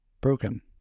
broken